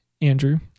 Andrew